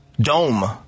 dome